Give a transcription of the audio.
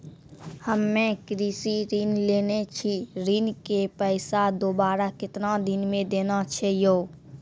हम्मे कृषि ऋण लेने छी ऋण के पैसा दोबारा कितना दिन मे देना छै यो?